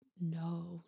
no